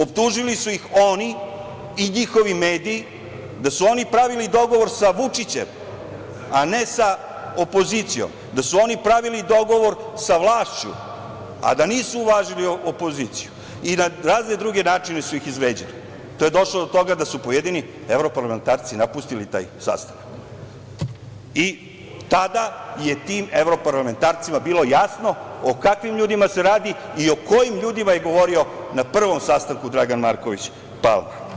Optužili su ih oni i njihovi mediji da su oni pravili dogovor sa Vučićem, a ne sa opozicijom, da su oni pravili dogovor sa vlašću, a da nisu uvažili opoziciju i na razne druge načine su ih izvređali, te je došlo do toga da su pojedini evroparlamentarci napustili taj sastanak i tada je tim evroparlamentarcima bilo jasno o kakvim ljudima se radi i o kojim ljudima je govorio na prvom sastanku Dragan Marković Palma.